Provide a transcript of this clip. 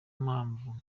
mpamvu